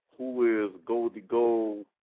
whoisgoldiegold